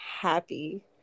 happy